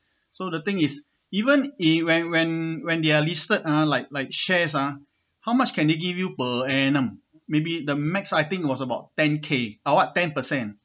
so the thing is even he when when when they are listed ah like like shares ah how much can they give you per annum maybe the max I think was about ten K uh what ten per cent